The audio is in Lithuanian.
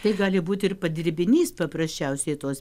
tai gali būti ir padirbinys paprasčiausiai tos